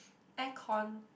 aircon